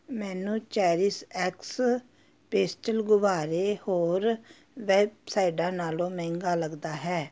ਮੈਨੂੰ Cherish X pastel ਗੁਬਾਰੇ ਹੋਰ ਵੈੱਬਸਾਈਟਾਂ ਨਾਲੋਂ ਮਹਿੰਗਾ ਲੱਗਦਾ ਹੈ